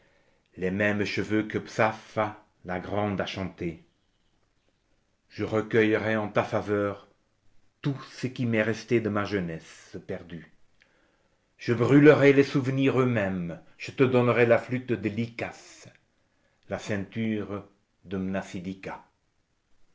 les mêmes cheveux que psappha la grande a chantés je recueillerai en ta faveur tout ce qu'il m'est resté de ma jeunesse perdue je brûlerai les souvenirs eux-mêmes je te donnerai la flûte de lykas la ceinture de